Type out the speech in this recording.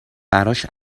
براش